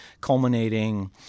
culminating